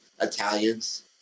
Italians